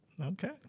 Okay